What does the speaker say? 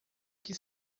que